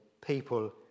people